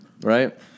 right